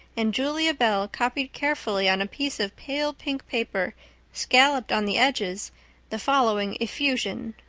and julia bell copied carefully on a piece of pale pink paper scalloped on the edges the following effusion